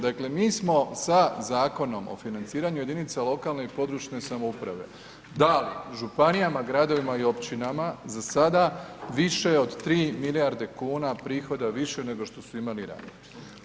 Dakle mi smo sa Zakonom o financiranju jedinica lokalne i područne samouprave dali županijama, gradovima i općinama za sada više od 3 milijarde kuna prihoda više nego što su imali ranije.